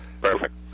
Perfect